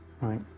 Right